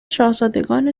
شاهزادگان